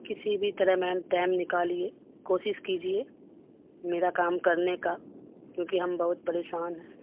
کسی بھی طرح میم ٹیم نکالیے کوشش کیجیے میرا کام کرنے کا کیونکہ ہم بہت پریشان ہیں